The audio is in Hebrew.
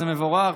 וזה מבורך,